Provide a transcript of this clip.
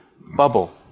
bubble